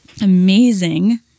amazing